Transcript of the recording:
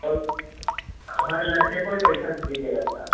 और हमारे लड़के को ही पैसा दीजिएगा सर